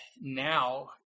now